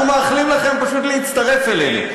אנחנו מאחלים לכם פשוט להצטרף אלינו.